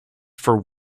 for